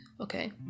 Okay